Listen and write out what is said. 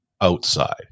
outside